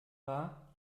war